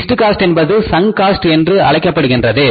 fixed cost என்பது sunk cost என்று அழைக்கப்படுகின்றது